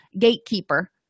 gatekeeper